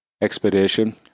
expedition